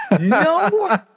no